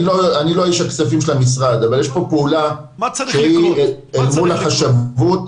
אני לא איש הכספים של המשרד אבל יש פה פעולה אל מול החשבות,